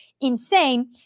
insane